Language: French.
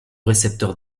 récepteur